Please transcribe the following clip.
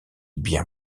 bien